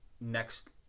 next